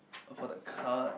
for the card